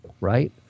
right